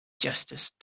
justice